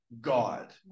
God